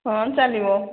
ହଁ ଚାଲିବ